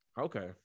Okay